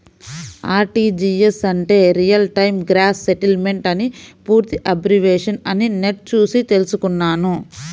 RTGS అంటే real time gross settlement అని పూర్తి అబ్రివేషన్ అని నెట్ చూసి తెల్సుకున్నాను